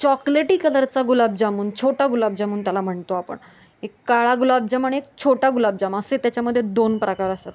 चॉकलेटी कलरचा गुलाबजामून छोटा गुलाबजामून त्याला म्हणतो आपण एक काळा गुलाबजामून आणि एक छोटा गुलाबजाम असे त्याच्यामध्ये दोन प्रकार असतात